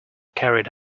carried